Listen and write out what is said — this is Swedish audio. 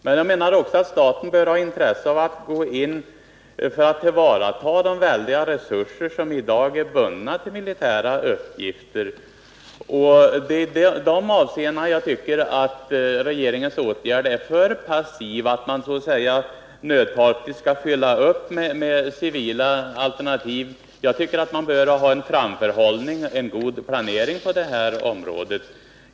Staten bör också ha intresse av att gå in för att tillvarata de väldiga resurser som i dag är bundna till militära uppgifter. I dessa avseenden tycker jag att regeringens åtgärder är för passiva. Man försöker att nödtorftigt så att säga fylla upp med civila alternativ, men enligt min mening bör man ha en framförhållning och en god planering på det här området.